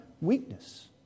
Weakness